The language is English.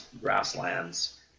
grasslands